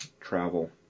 travel